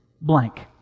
blank